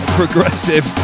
progressive